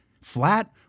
flat